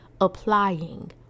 applying